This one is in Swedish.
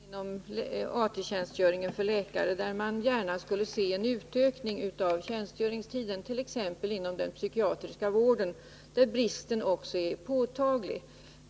Herr talman! Det finns andra områden inom AT-tjänstgöringen för läkare, där man gärna skulle vilja se en utökning av tjänstgöringstiden, t.ex. inom den psykiatriska vården, där bristen är påtaglig.